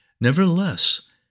Nevertheless